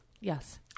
Yes